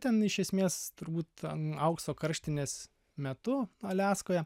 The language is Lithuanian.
ten iš esmės turbūt ten aukso karštinės metu aliaskoje